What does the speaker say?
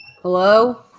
Hello